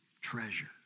treasure